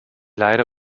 leide